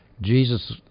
Jesus